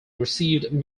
received